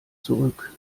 zurück